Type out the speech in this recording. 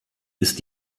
ist